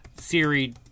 siri